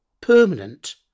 permanent